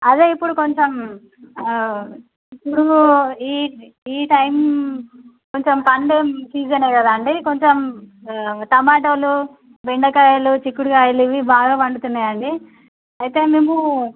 అదే ఇప్పుడు కొంచెం ఇప్పుడు ఈ ఈ టైమ్ కొంచెం పండుగ సీజన్ కదా అండి కొంచెం టొమాటోలూ బెండకాయలు చిక్కుడు కాయలు ఇవి బాగా పండుతున్నాయండి అయితే మేము